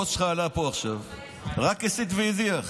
הבוס שלך עלה פה עכשיו, רק הסית והדיח.